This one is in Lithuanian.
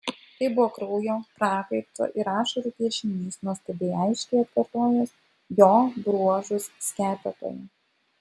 tai buvo kraujo prakaito ir ašarų piešinys nuostabiai aiškiai atkartojęs jo bruožus skepetoje